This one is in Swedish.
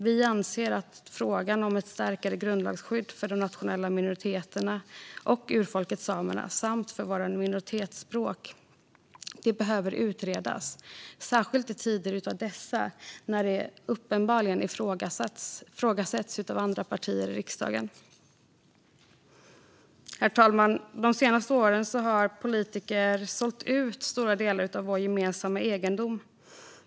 Vi anser att frågan om ett starkare grundlagsskydd för de nationella minoriteterna och urfolket samer samt för våra minoritetsspråk behöver utredas, särskilt i tider som dessa, när det uppenbarligen ifrågasätts av andra partier i riksdagen. Herr talman! De senaste åren har politiker sålt ut stora delar av vår gemensamma egendom.